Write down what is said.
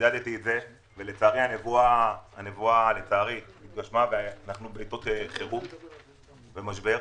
לצערי הנבואה התגשמה ואנחנו בעיתות חירום ומשבר.